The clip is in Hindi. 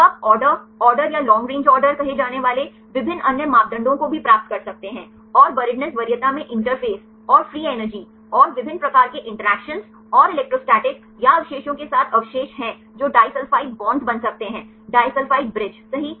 तो आप आर्डर ऑर्डर या लॉन्ग रेंज ऑर्डर कहे जाने वाले विभिन्न अन्य मापदंडों को भी प्राप्त कर सकते हैं और बरीदनेस वरीयता में इंटरफ़ेस और फ्री एनर्जी और विभिन्न प्रकार के इंटरैक्शन और इलेक्ट्रोस्टैटिक या अवशेषों के साथ अवशेष हैं जो डाइसल्फ़ाइड बॉन्ड बन सकते हैं डाइसल्फ़ाइड ब्रिज सही